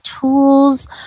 tools